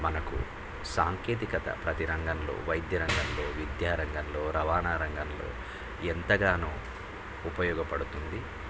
మనకు సాంకేతికత ప్రతిరంగంలో వైద్య రంగంలో విద్యారంగంలో రవాణా రంగంలో ఎంతగానో ఉపయోగపడుతుంది